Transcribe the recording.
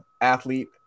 athlete